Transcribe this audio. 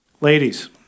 Ladies